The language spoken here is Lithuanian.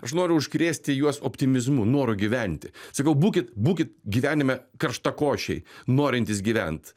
aš noriu užkrėsti juos optimizmu noru gyventi sakau būkit būkit gyvenime karštakošiai norintys gyvent